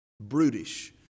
Brutish